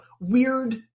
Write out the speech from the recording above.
weird